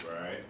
Right